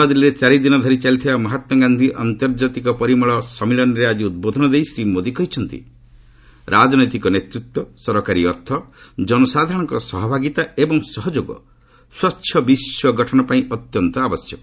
ନୂଆଦିଲ୍ଲୀରେ ଚାରି ଦିନ ଧରି ଚାଲିଥିବା ମହାତ୍କାଗାନ୍ଧି ଆନ୍ତର୍ଜାତିକ ପରିମଳ ସମ୍ମିଳନୀରେ ଆଜି ଉଦ୍ବୋଧନ ଦେଇ ଶ୍ରୀ ମୋଦି କହିଛନ୍ତି ରାଜନୈତିକ ନେତୃତ୍ୱ ସରକାରୀ ଅର୍ଥ ଜନସାଧାରଣଙ୍କ ସହଭାଗିତା ଏବଂ ସହଯୋଗ ସ୍ୱଚ୍ଛ ବିଶ୍ୱ ଗଠନ ପାଇଁ ଅତ୍ୟନ୍ତ ଆବଶ୍ୟକ